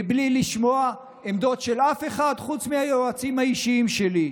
בלי לשמוע עמדות של אף אחד חוץ מהיועצים האישיים שלי,